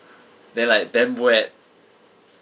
then like damn wet